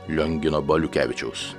liongino baliukevičiaus